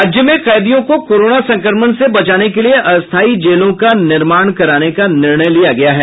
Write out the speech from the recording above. राज्य में कैदियों को कोरोना संक्रमण से बचाने के लिये अस्थायी जेलों का निर्माण कराने का निर्णय लिया गया है